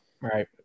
right